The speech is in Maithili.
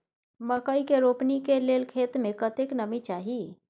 मकई के रोपनी के लेल खेत मे कतेक नमी चाही?